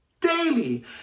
daily